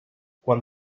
quan